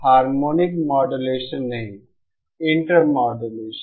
harmonic modulation नहीं intermodulation